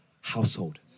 household